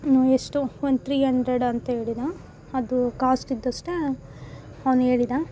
ಎಷ್ಟು ಒಂದು three hundred ಅಂತ ಹೇಳಿದ ಅದು ಕಾಸ್ಟ್ ಇದ್ದಷ್ಟೇ ಅವ್ನು ಹೇಳಿದ